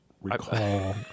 recall